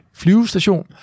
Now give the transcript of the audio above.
flyvestation